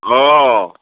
অঁ